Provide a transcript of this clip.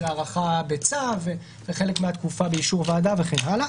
של הארכה בצו וחלק מהתקופה באישור ועדה וכן הלאה.